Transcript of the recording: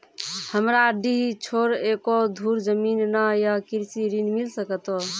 हमरा डीह छोर एको धुर जमीन न या कृषि ऋण मिल सकत?